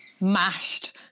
mashed